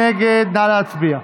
נציג ממשלה שישיב.